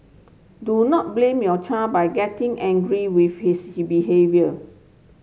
do not blame your child by getting angry with his behaviours